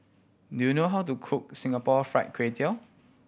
do you know how to cook Singapore Fried Kway Tiao